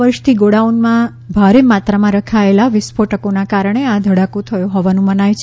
છ વર્ષથી ગોડાઉનમાં ભારે માત્રામાં રખાયેલા વિસ્ફોટકોના કારણે આ ધડાકો થયો હોવાનું મનાય છે